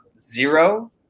zero